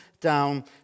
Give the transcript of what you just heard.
down